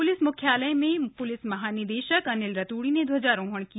police मुख्यालय में police महानिदेशक अनिल रतूड़ी ने ध्वजारोहण किया